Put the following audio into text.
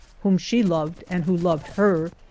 whom she loved and who loved her,